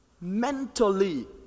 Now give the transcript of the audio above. Mentally